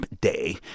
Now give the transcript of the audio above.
day